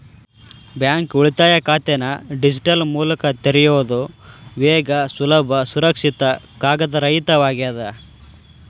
bank ಉಳಿತಾಯ ಖಾತೆನ digital ಮೂಲಕ ತೆರಿಯೋದ್ ವೇಗ ಸುಲಭ ಸುರಕ್ಷಿತ ಕಾಗದರಹಿತವಾಗ್ಯದ